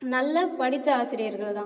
நல்ல படித்த ஆசிரியர்கள்தான்